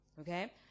Okay